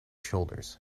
shoulders